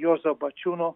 juozo bačiūno